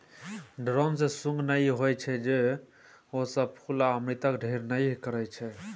drone मे सुंग नहि होइ छै ओ सब फुल आ अमृतक ढेर नहि करय छै